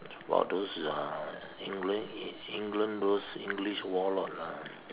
about those uh England in England those English warlord lah